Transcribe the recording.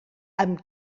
amb